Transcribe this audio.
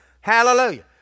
Hallelujah